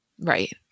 Right